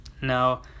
now